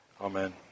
Amen